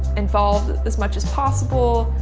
involved as much as possible.